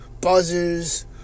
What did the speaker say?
buzzers